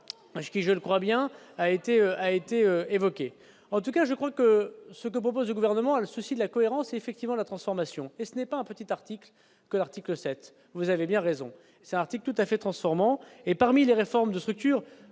parce je le crois bien a été a été évoquée en tout cas je crois que ce que propose au gouvernement a le souci de la cohérence effectivement la transformation et ce n'est pas un petit article que l'article 7 vous avez bien raison c'est article tout-à-fait transformant et parmi les réformes de structures,